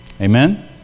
Amen